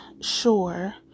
sure